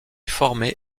formé